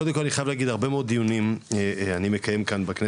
קודם כל אני חייב להגיד שאני מקיים הרבה דיונים כאן בכנסת,